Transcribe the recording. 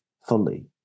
fully